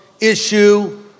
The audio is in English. issue